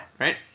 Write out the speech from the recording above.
right